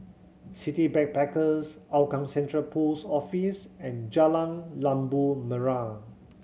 City Backpackers Hougang Central Post Office and Jalan Labu Merah